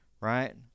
right